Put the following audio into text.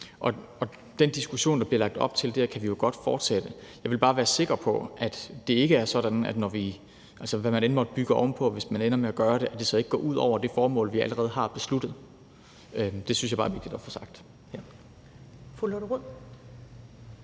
Den diskussion, der bliver lagt op til der, kan vi jo godt fortsætte. Jeg vil bare være sikker på, at det ikke er sådan, at det – hvad end man måtte bygge ovenpå, hvis man ender med at gøre det – så går ud over det formål, vi allerede har besluttet. Det synes jeg bare er vigtigt at få sagt.